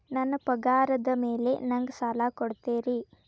ನನ್ನ ಪಗಾರದ್ ಮೇಲೆ ನಂಗ ಸಾಲ ಕೊಡ್ತೇರಿ?